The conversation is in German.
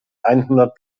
einhundert